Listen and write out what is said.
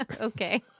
Okay